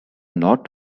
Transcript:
not